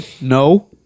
No